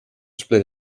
split